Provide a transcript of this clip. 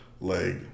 leg